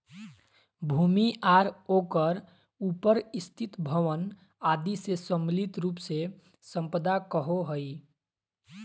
भूमि आर ओकर उपर स्थित भवन आदि के सम्मिलित रूप से सम्पदा कहो हइ